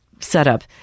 setup